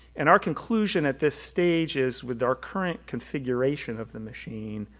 and our conclusion at this stage is, with our current configuration of the machine,